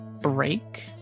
break